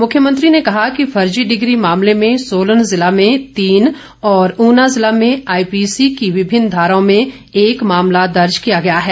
मुख्यमंत्री ने कहा कि फर्जी डिग्री मामले में सोलन जिला में तीन और ऊना जिला में आईपीसी की विभिन्न धाराओं में एक मामला दर्ज किया गया है